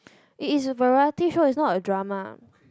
it is a variety show it's not a drama